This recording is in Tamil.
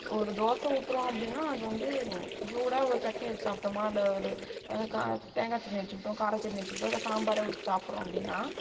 ஒரு தோசை ஊற்றுறோம் அப்படின்னா அது வந்து சூடாக ஒரு சட்னி வச்சு சாப்பிடோமா இல்லை ஒரு தேங்காய் சட்னி வச்சுகிட்டோம் காரச்சட்னி வச்சுகிட்டோம் இல்லை சாம்பாரே ஊற்றி சாப்பிட்றோம் அப்பிடின்னா